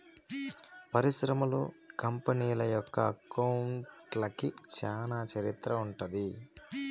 పరిశ్రమలు, కంపెనీల యొక్క అకౌంట్లకి చానా చరిత్ర ఉంటది